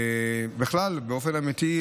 בכלל באופן אמיתי,